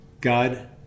God